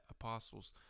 apostles